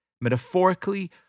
metaphorically